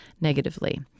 negatively